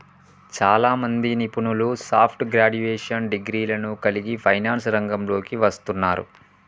చాలామంది నిపుణులు soft graduation డిగ్రీలను కలిగి ఫైనాన్స్ రంగంలోకి వస్తున్నారు